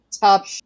Top